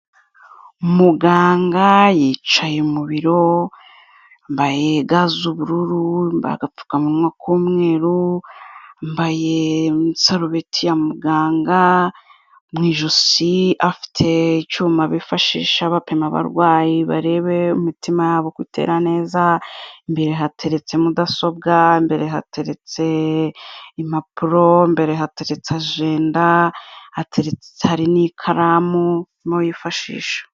muganga yicaye mu biro yambaye ga z'ubururu, yambaye agapfukamunwa k'umweru yambaye isarubeti ya muganga mu ijosi afite icyuma bifashisha bapima abarwayi barebe imitima yabo ko itera neza, imbere hateretse mudasobwa, imbere hateretse impapuro, imbere hateritse ajenda hateretse, hari n'ikaramu arimo yifashisha.